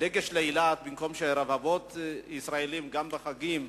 בדגש על אילת, במקום שרבבות ישראלים, גם בחגים,